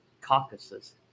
caucuses